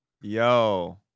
Yo